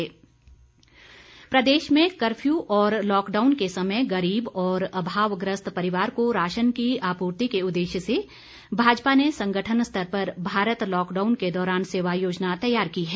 बिंदल प्रदेश में कर्फ्यू और लॉकडाउन के समय गरीब और अभावग्रस्त परिवार को राशन की आपूर्ति के उद्देश्य से भाजपा ने संगठन स्तर पर भारत लॉकडाऊन के दौरान सेवा योजना तैयार की है